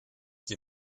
die